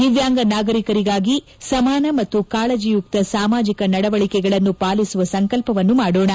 ದಿವ್ಚಾಂಗ ನಾಗರಿಕರಿಗಾಗಿ ಸಮಾನ ಮತ್ತು ಕಾಳಜಿಯುಕ್ತ ಸಾಮಾಜಿಕ ನಡವಳಿಕೆಗಳನ್ನು ಪಾಲಿಸುವ ಸಂಕಲ್ಪವನ್ನು ಮಾಡೋಣ